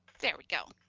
there we go,